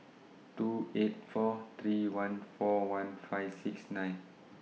two eight four three one four one five six nine